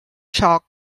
chalk